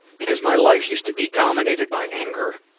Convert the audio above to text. because my life used to be dominated by anger.